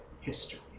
history